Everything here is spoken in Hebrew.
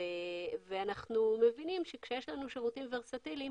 אנחנו מבינים שכאשר יש לנו שירותים ורסטיליים,